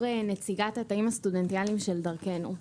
נציגת התאים הסטודנטיאלים של "דרכנו".